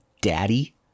Daddy